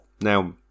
Now